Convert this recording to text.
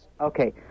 Okay